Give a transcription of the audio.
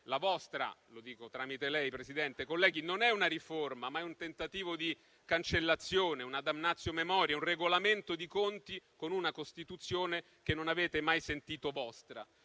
la vostra - lo dico tramite lei, Presidente - non è una riforma, ma un tentativo di cancellazione, una *damnatio memoriae*, un regolamento di conti con una Costituzione che non avete mai sentito vostra: